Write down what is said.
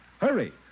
Hurry